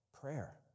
prayer